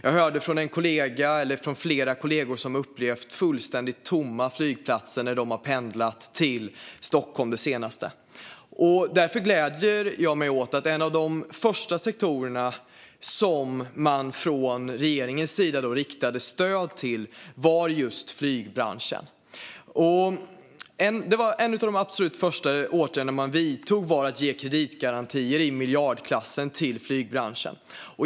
Jag hörde från flera kollegor att de har upplevt fullständigt tomma flygplatser när de har pendlat till Stockholm den senaste tiden. Därför gläder jag mig åt att en av de första sektorer som man från regeringens sida riktade stöd till var just flygbranschen. En av de absolut första åtgärder man vidtog var att ge kreditgarantier i miljardklassen till flygbranschen.